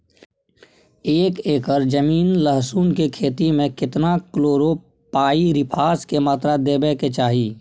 एक एकर जमीन लहसुन के खेती मे केतना कलोरोपाईरिफास के मात्रा देबै के चाही?